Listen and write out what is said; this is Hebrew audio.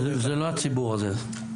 זה לא הציבור הזה.